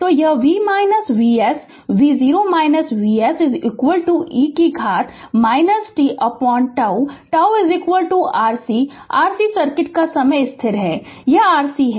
तो यह v Vsv0 Vs e से घात tτ τ Rc Rc सर्किट का समय स्थिर यह Rc है